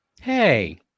Hey